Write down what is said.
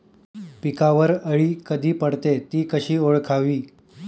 पिकावर अळी कधी पडते, ति कशी ओळखावी?